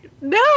no